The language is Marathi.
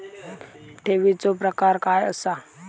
ठेवीचो प्रकार काय असा?